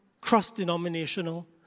cross-denominational